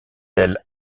tel